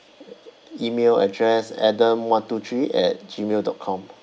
email address adam one two three at G mail dot com